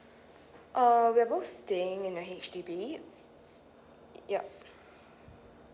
uh we're both staying in a H_D_B yup